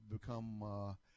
become